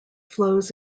flows